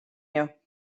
you